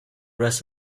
rest